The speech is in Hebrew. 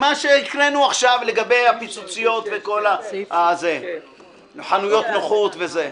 מה שהקראנו עכשיו לגבי הפיצוציות וחנויות נוחות וכל השאר.